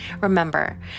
Remember